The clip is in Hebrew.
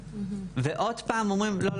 אז עוד פעם אומרים "..לא,